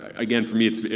ah again, for me it's.